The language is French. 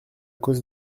cause